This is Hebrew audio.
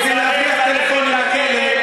כדי להבריח טלפונים לכלא.